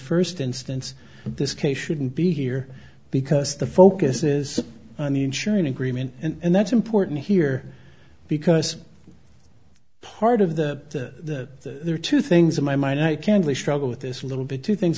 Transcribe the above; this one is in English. first instance this case shouldn't be here because the focus is on ensuring agreement and that's important here because part of that there are two things in my mind i can really struggle with this little bit two things